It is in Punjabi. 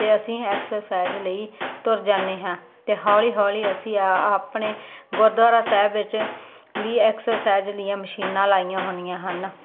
ਤੇ ਅਸੀਂ ਐਕਸਰਸਾਈਜ਼ ਨਹੀਂ ਤੁਰ ਜਾਦੇ ਹਾਂ ਤੇ ਹੌਲੀ ਹੌਲੀ ਅਸੀਂ ਆਪਣੇ ਗੁਰਦੁਆਰਾ ਸਾਹਿਬ ਵਿੱਚ ਵੀ ਐਕਸਰਸਾਈਜ ਦੀਆਂ ਮਸ਼ੀਨਾਂ ਲਾਈਆਂ ਹੋਣੀਆਂ ਹਨ